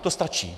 To stačí.